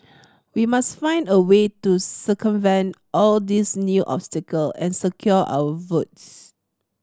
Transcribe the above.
we must find a way to circumvent all these new obstacle and secure our votes